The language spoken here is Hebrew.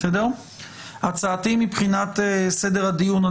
הצעתי מבחינת סדר הדיון.